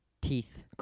teeth